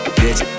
bitch